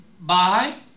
Bye